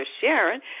Sharon